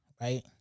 right